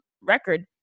record